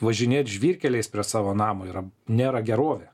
važinėt žvyrkeliais prie savo namo yra nėra gerovė